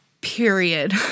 period